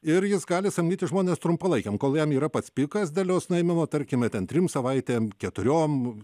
ir jis gali samdyti žmones trumpalaikiam kol jam yra pats pikas derliaus nuėmimo tarkime ten trims savaitėms keturiom